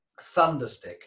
Thunderstick